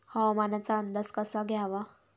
हवामानाचा अंदाज कसा घ्यावा?